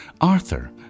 Arthur